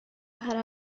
para